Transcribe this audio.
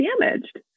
damaged